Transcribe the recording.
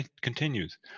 continues